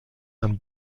and